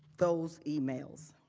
those emails.